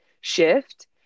shift